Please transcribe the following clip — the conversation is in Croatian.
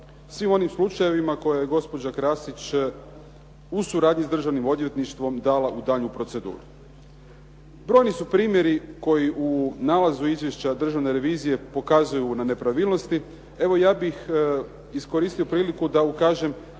svim onim slučajevima koje je gospođa Krasić u suradnji s Državnim odvjetništvom dala u daljnju proceduru. Brojni su primjeri koji u nalazu Izvješća Državne revizije pokazuju na nepravilnosti. Evo ja bih iskoristio priliku da ukažem